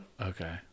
Okay